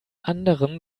anderen